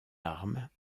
arme